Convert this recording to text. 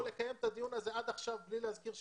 הצלחנו לקיים את הדיון הזה בלי להזכיר עד